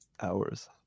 hours